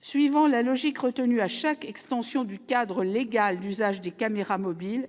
Suivant la logique retenue lors de chaque extension du cadre légal d'usage des caméras mobiles,